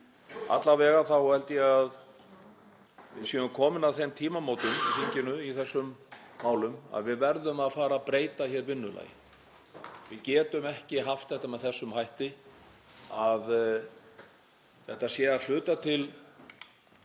Alla vega held ég að við séum komin að þeim tímamótum í þinginu í þessum málum að við verðum að fara að breyta hér vinnulagi. Við getum ekki haft þetta með þeim hætti að þetta sé að hluta til